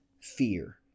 fear